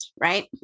right